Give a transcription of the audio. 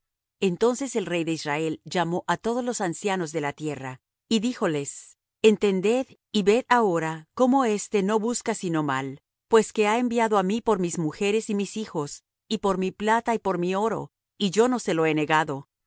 entonces el rey de israel llamó á todos los ancianos de la tierra y díjoles entended y ved ahora cómo éste no busca sino mal pues que ha enviado á mí por mis mujeres y mis hijos y por mi plata y por mi oro y yo no se lo he negado y